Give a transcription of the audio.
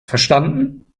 verstanden